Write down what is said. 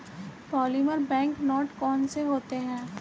polymer bank note कौन से होते हैं